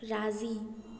राज़ी